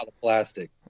plastic